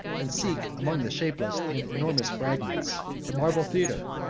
and seek among the shapeless and enormous fragments the marble theatre,